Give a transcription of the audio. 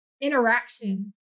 interaction